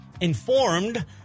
informed